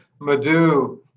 Madhu